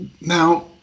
Now